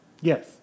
Yes